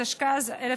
התשכ"ז 1967,